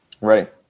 Right